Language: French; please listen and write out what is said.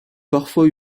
parfois